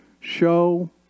show